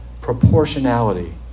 Proportionality